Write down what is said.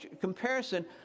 comparison